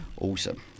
Awesome